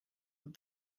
what